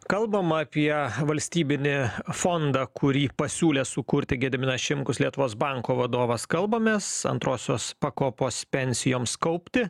kalbama apie valstybinį fondą kurį pasiūlė sukurti gediminas šimkus lietuvos banko vadovas kalbamės antrosios pakopos pensijoms kaupti